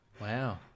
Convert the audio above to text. Wow